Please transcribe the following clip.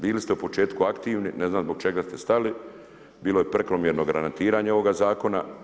Bili ste u početku aktivni, ne znam zbog čega ste stali, bilo je prekomjernog granatiranja ovoga zakona.